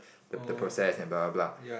the process and blah blah blah